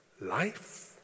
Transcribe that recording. life